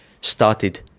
started